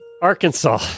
Arkansas